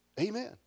Amen